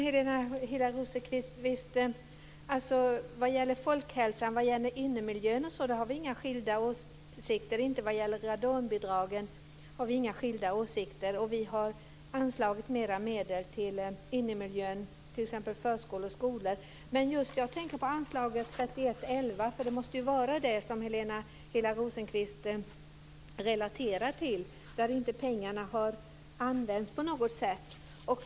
Fru talman! Vad gäller folkhälsan, innemiljön osv. har vi inga skilda åsikter, Helena Hillar Rosenqvist, och inte vad gäller radonbidragen heller. Vi har anslagit mer medel till innemiljön i t.ex. förskolor och skolor. Men jag tänker på anslaget 31:11, för det måste ju vara det som Helena Hillar Rosenqvist relaterar till, där inte pengarna har använts.